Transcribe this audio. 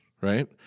right